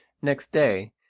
next day,